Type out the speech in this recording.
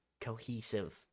cohesive